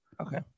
Okay